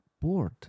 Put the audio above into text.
bored